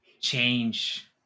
change